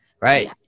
right